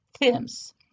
themes